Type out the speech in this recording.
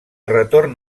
retorn